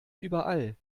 überall